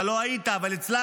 אתה לא היית, אבל אצלם.